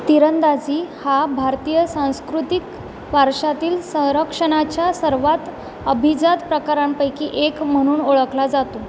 तिरंदाजी हा भारतीय सांस्कृतिक वारशातील संरक्षणाच्या सर्वात अभिजात प्रकारांपैकी एक म्हणून ओळखला जातो